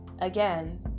again